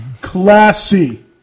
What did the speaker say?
Classy